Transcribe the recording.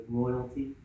loyalty